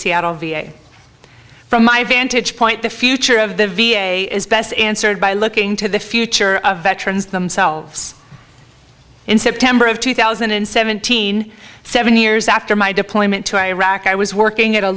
seattle v a from my vantage point the future of the v a is best answered by looking to the future of veterans themselves in september of two thousand and seventeen seven years after my deployment to iraq i was working at a